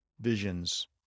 visions